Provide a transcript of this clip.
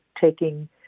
taking